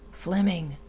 fleming!